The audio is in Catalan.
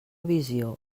visió